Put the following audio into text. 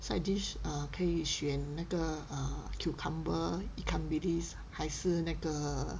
side dish err 可以选那个 err cucumber ikan billis 还是那个